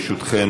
ברשותכם,